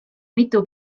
mitu